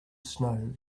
snow